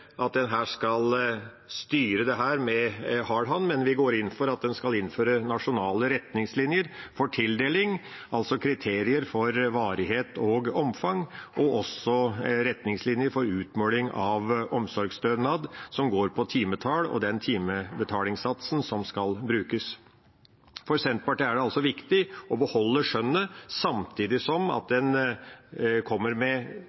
at en skal styre dette med hard hånd, men vi går inn for at en skal innføre nasjonale retningslinjer for tildeling, altså kriterier for varighet og omfang, og også retningslinjer for utmåling av omsorgsstønad, som går på timetall og timebetalingssatsen som skal brukes. For Senterpartiet er det altså viktig å beholde skjønnet samtidig som en kommer med